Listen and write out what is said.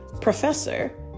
professor